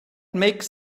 makes